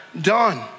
done